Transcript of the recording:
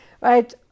right